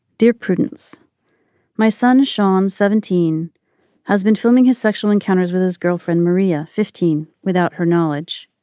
dear prudence my son sean seventeen has been filming his sexual encounters with his girlfriend maria fifteen without her knowledge.